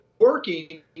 Working